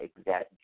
exact